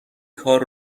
کار